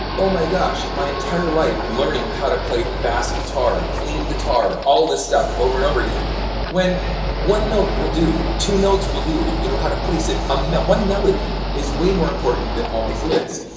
oh my gosh, my entire life learning how to play bass guitar or clean guitar, all this stuff over and over again when one note will do, two notes will do if you know how to place it. ah one melody is way more important than all these licks.